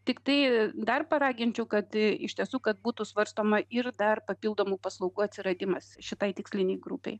tiktai dar paraginčiau kad iš tiesų kad būtų svarstoma ir dar papildomų paslaugų atsiradimas šitai tikslinei grupei